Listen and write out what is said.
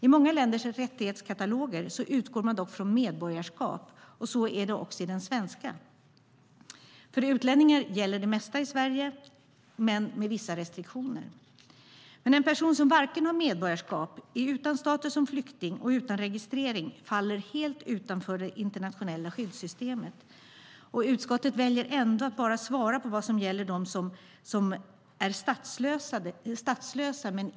I många länders rättighetskataloger utgår man dock från medborgarskap. Så är det också i den svenska. För utlänningar gäller det mesta i Sverige, men med vissa restriktioner. Men en person som inte har medborgarskap, är utan status som flykting och saknar registrering faller helt utanför det internationella skyddssystemet. Utskottet väljer ändå att bara svara på vad som gäller statslösa.